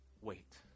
wait